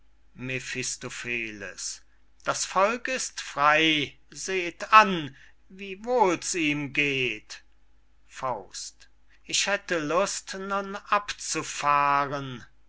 das volk ist frey seht an wie wohl's ihm geht ich hätte lust nun abzufahren